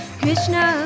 Krishna